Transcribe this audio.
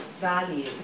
value